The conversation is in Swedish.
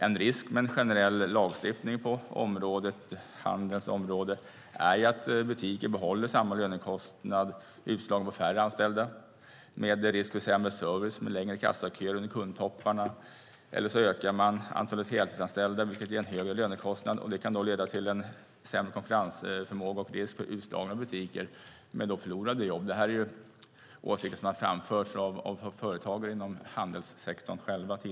En risk på handelns område med en generell lagstiftning är att butiker behåller samma lönekostnad utslagen på färre anställda, med risk för sämre service med längre kassaköer under kundtopparna. Eller också ökar man antalet heltidsanställda, vilket ger en högre lönekostnad. Det kan då leda till en sämre konkurrensförmåga och risk för utslagna butiker, med förlorade jobb som följd. Det här är åsikter som tidigare har framförts av företagare inom handelssektorn själva.